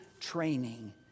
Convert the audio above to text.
training